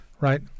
right